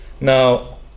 now